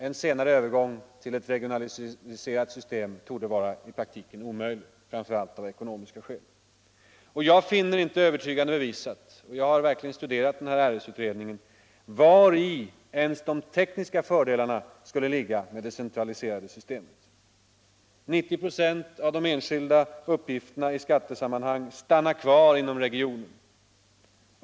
En senare övergång till ett regionaliserat ADB inom folkboksystem torde i praktiken vara omöjlig, framför allt av ekonomiska skäl. = föringsoch Jag finner det inte övertygande bevisat — och jag har verkligen studerat — beskattningsområ RS-utredningen — vari ens de tekniska fördelarna skulle ligga med det — det centraliserade systemet. 90 96 av de enskilda uppgifterna i skattesammanhang stannar kvar inom regionen.